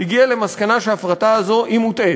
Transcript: הגיעה למסקנה שההפרטה הזאת היא מוטעית,